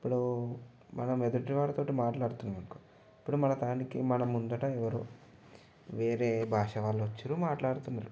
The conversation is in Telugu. ఇప్పుడు మనం ఎదుటివారితో మాట్లాడుతున్నాం ఇప్పుడు మన దానికి మన ముందర ఎవరో వేరే భాష వాళ్ళు వచ్చిరు మాట్లాడుతున్నారు